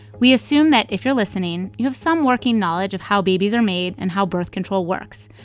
we assume that if you're listening, you have some working knowledge of how babies are made and how birth control works.